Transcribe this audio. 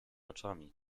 oczami